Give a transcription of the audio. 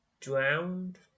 Drowned